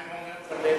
מה עם עמר בר-לב?